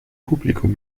publikum